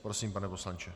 Prosím, pane poslanče.